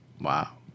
Wow